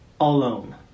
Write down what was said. alone